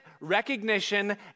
recognition